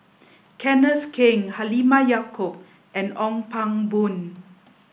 Kenneth Keng Halimah Yacob and Ong Pang Boon